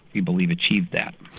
we believe, achieved that.